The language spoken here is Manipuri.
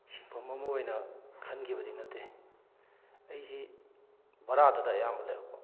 ꯁꯤꯟꯐꯝ ꯑꯃ ꯑꯣꯏꯅ ꯈꯟꯈꯤꯕꯗꯤ ꯅꯠꯇꯦ ꯑꯩꯁꯤ ꯕꯔꯥꯗꯗ ꯑꯌꯥꯝꯕ ꯂꯩꯔꯛꯄ